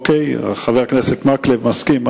חבר הכנסת מקלב מסכים.